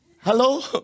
Hello